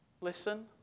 listen